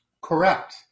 Correct